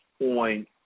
on